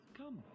come